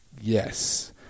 yes